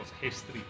history